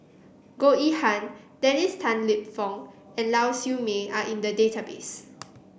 Goh Yihan Dennis Tan Lip Fong and Lau Siew Mei are in the database